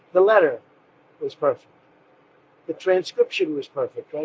the letter is perfect. the transcription was perfect.